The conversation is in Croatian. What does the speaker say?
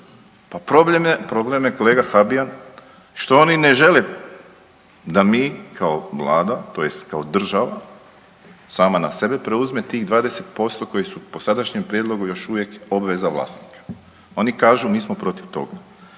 Pa problem je kolega Habijan što oni ne žele da mi kao Vlada, tj. kao država sama na sebe preuzme tih 20% koji su po sadašnjem prijedlogu još uvijek obveza vlasnika. Oni kažu mi smo protiv toga.